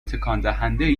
تکاندهندهای